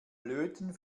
löten